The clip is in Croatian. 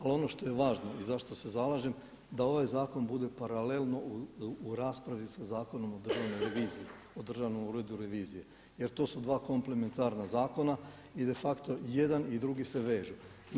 Ali ono što je važno iz zašto se zalažem da ovaj zakon bude paralelno u raspravi sa Zakonom o državnoj reviziji, o Državnom uredu za reviziju jer to su dva komplementarna zakona i de facto jedan i drugi se vežu.